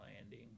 landing